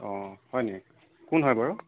অঁ হয় নি কোন হয় বাৰু